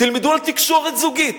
תלמדו על תקשורת זוגית,